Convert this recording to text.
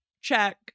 check